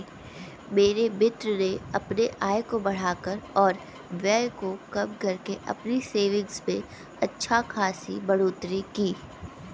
मेरे मित्र ने अपने आय को बढ़ाकर और व्यय को कम करके अपनी सेविंग्स में अच्छा खासी बढ़ोत्तरी की